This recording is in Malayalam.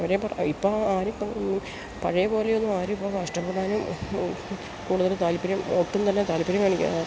അവരെ ഇപ്പം ഇപ്പം ആരുമിപ്പം ഒന്നും പഴയ പോലെയൊന്നും ആരുമിപ്പം കഷ്ടപ്പെടാനും കൂടുതൽ താൽപ്പര്യം ഒട്ടും തന്നെ താൽപ്പര്യം കാണിക്കാതെ